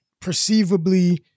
perceivably